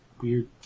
weird